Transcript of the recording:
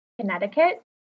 Connecticut